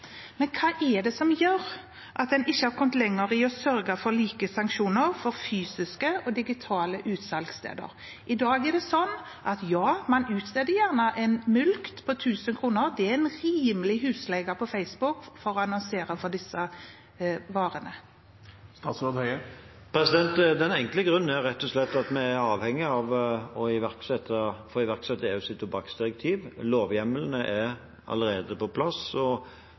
men: Hva er det som gjør at man ikke er kommet lenger i å sørge for like sanksjoner for fysiske og digitale utsalgssteder? I dag er det sånn at man kanskje utsteder en mulkt på 1 000 kr – det er en rimelig husleie på Facebook for å annonsere for disse varene. Den enkle grunnen er rett og slett at vi er avhengige av å få iverksatt EUs tobakksdirektiv. Lovhjemmelen er allerede på plass, og